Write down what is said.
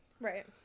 right